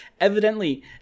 evidently